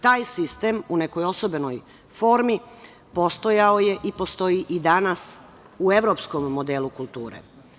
Taj sistem u nekoj osobenoj formi postojao je i postoji i danas u evropskom modelu kulture.